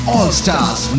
All-Stars